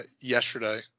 yesterday